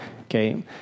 Okay